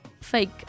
fake